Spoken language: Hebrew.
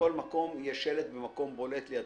שבכל מקום יהיה שלט במקום בולט ליד